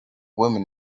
women